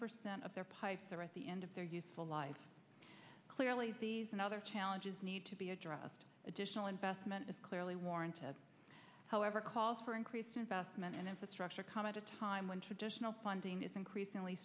percent of their pipes are at the end of their useful life clearly these and other challenges need to be addressed additional investment is clearly warranted however calls for increased investment in infrastructure come at a time when traditional funding is increasingly